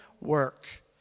work